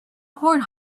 horn